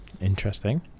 interesting